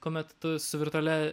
kuomet tu su virtualia